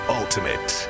ultimate